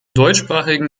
deutschsprachigen